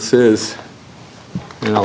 says you know